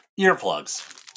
Earplugs